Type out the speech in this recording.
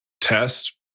test